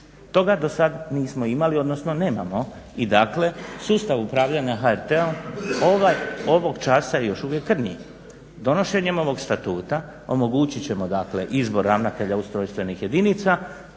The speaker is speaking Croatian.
Toga do sad nismo imali, odnosno nemamo. I dakle sustav upravljanja HRT-om ovog časa je još uvijek krnji. Donošenjem ovog Statuta omogućit ćemo dakle izbor ravnatelja ustrojstvenih jedinica,